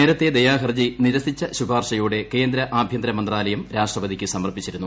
നേരത്ത് ദയാഹർജി നിരസിച്ച ശുപാർശയോടെ കേന്ദ്ര ആഭ്യന്തരമന്ത്രാലയം രാഷ്ട്രപതിക്ക് സമർപ്പിച്ചിരുന്നു